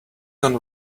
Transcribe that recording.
gone